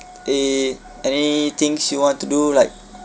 e~ any things she want to do like